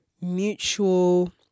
mutual